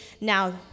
Now